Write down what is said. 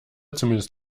zumindest